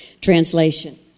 Translation